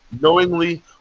knowingly